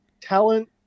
talent